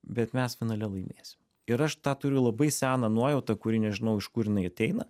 bet mes finale laimėsim ir aš tą turiu labai seną nuojautą kuri nežinau iš kur jinai ateina